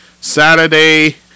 Saturday